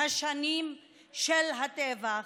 השנים של הטבח,